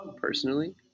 personally